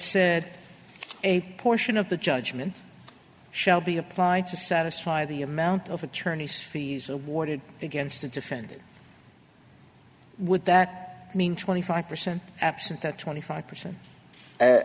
said a portion of the judgment shall be applied to satisfy the amount of attorney's fees awarded against a defendant would that mean twenty five percent absent a twenty five percent